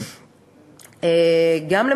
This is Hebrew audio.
גם,